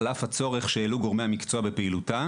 על אף הצורך שהעלו גורמי המקצוע בפעילותה,